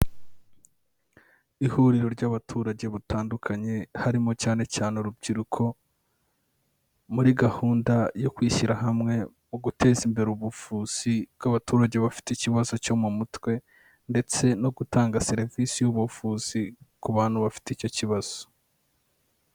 Ihuriro ry'abaturage batandukanye harimo cyane cyane urubyiruko, muri gahunda yo kwishyira hamwe mu guteza imbere ubuvuzi bw'abaturage bafite ikibazo cyo mu mutwe ndetse no gutanga serivisi y'ubuvuzi ku bantu bafite icyo kibazo.